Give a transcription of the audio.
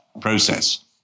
process